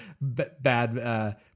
bad